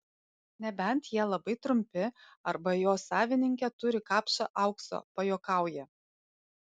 nebent jie labai trumpi arba jo savininkė turi kapšą aukso pajuokauja